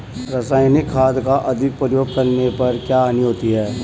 रासायनिक खाद का अधिक प्रयोग करने पर क्या हानि होती है?